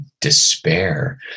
despair